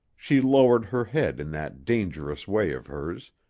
she lowered her head in that dangerous way of hers,